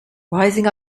rising